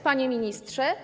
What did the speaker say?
Panie Ministrze!